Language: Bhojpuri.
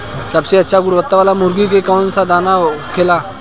सबसे अच्छा गुणवत्ता वाला मुर्गी के कौन दाना होखेला?